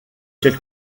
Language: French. quelle